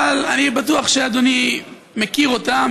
אבל אני בטוח שאדוני מכיר אותה,